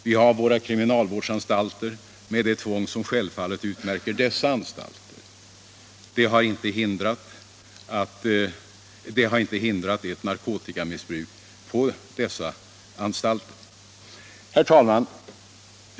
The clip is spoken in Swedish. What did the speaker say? Vi har våra kriminalvårdsanstalter med det tvång som självfallet utmärker dessa. Det har inte hindrat ett narkotikamissbruk på dessa anstalter. Herr talman!